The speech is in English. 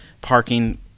parking